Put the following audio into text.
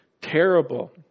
terrible